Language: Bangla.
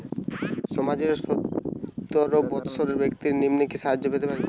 সমাজের সতেরো বৎসরের ব্যাক্তির নিম্নে কি সাহায্য পেতে পারে?